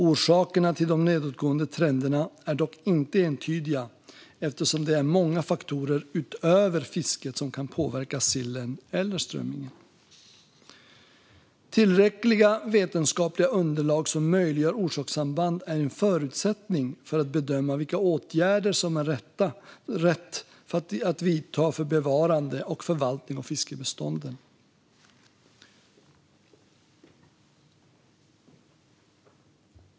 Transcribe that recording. Orsakerna till de nedåtgående trenderna är dock inte entydiga eftersom det är många faktorer utöver fisket som kan påverka sillen eller strömmingen. Tillräckliga vetenskapliga underlag som tydliggör orsakssamband är en förutsättning för att bedöma vilka åtgärder som är rätt att vidta för bevarande och förvaltning av fiskbestånden.